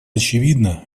очевидно